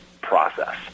process